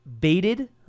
baited